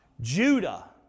Judah